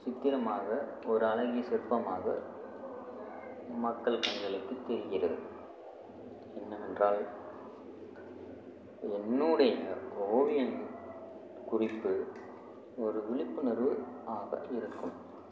சித்திரமாக ஒரு அழகிய சிற்பமாக மக்கள் கண்களுக்கு தெரிகிறது என்னவென்றால் என்னுடைய ஓவியம் குறிப்பு ஒரு விழிப்புணர்வு ஆக இருக்கும்